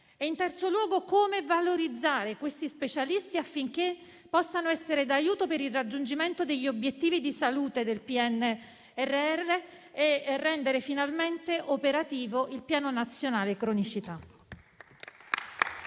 in terzo luogo, come valorizzare questi specialisti affinché possano essere d'aiuto per il raggiungimento degli obiettivi di salute del PNRR e rendere finalmente operativo il Piano nazionale della cronicità.